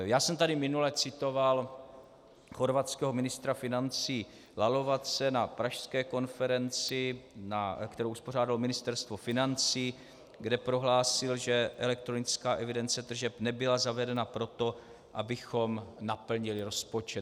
Minule jsem tady citoval chorvatského ministra financí Lalovace na pražské konferenci, kterou uspořádalo Ministerstvo financí, kde prohlásil, že elektronická evidence tržeb nebyla zavedena proto, abychom naplnili rozpočet.